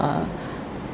uh